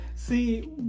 See